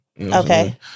Okay